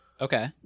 Okay